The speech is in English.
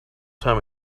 time